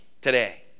today